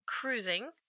Cruising